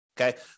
Okay